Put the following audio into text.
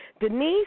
Denise